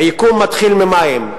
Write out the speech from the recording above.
היקום מתחיל ממים,